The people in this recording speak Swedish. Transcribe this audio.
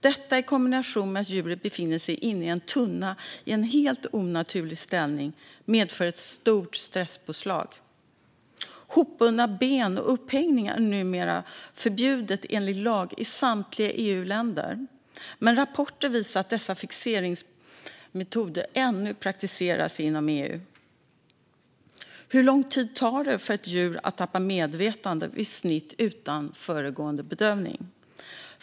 Detta i kombination med att djuret befinner sig inne i en tunna i en helt onaturlig ställning medför ett stort stresspåslag. Hopbundna ben och upphängning är numera förbjudet enligt lag i samtliga EU-länder. Men rapporter visar att dessa fixeringsmetoder ännu praktiseras inom EU. Hur lång tid tar det för ett djur att tappa medvetande vid snitt utan föregående bedövning?